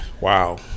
Wow